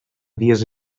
vies